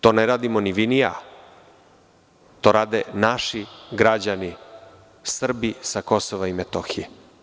To ne radimo ni vi ni ja, to rade naši građani, Srbi sa Kosova i Metohije.